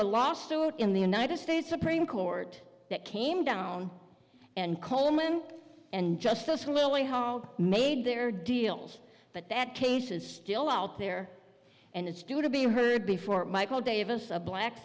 a lawsuit in the united states supreme court that came down and coleman and justice willing hall made their deals but that case is still out there and it's due to be heard before michael davis a black